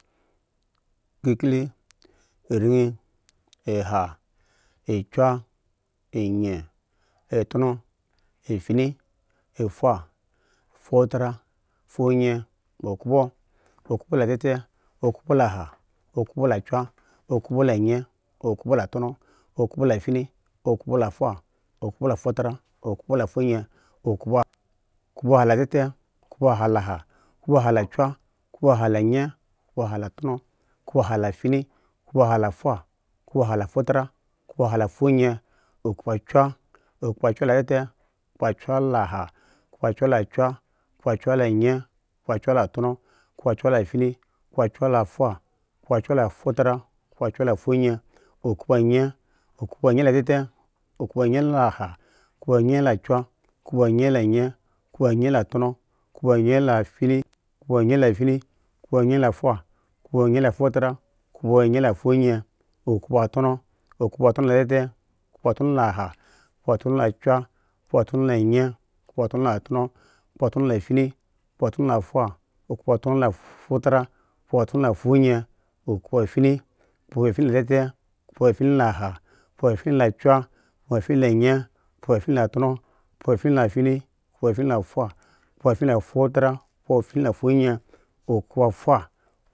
Kiririn, irin, aha, akya, anyeni, atono, afeyen, afoha. afotara afoyeni okpo okpo letete okpo la aha okpo la kya okpo la anyen okpo la tono, oko la fyin okpo la faho okpa la fatara okpo la foyen okpo aha okpo aha latete okpa aha la aha okpo aha okpo ahaa latete okpo aha da aha oko aha okpo aha latete okpo aha da aha oko la kya okpo aha la angeni okpo aha la tono okpo aha la fyen okpo aha foho okpo aha la fotara okpo da la foyen okpo kya okpo kye la tete okpo kya la aha okpo kya la kya okpo kya la anyyen okpo kya la tono okpo kya la fyen okpo kya la foha okpo kya la fotara okpo kya la foyen okpo anyen okpo kya la fotara okpo kya la foyen okpo anyen okpo anyen la tefe okpo anyenla aha okpo anyen foho okpo angen la tano okpo anyen fyen okpo angen okpo angen la totaa okpo anyen la fogen.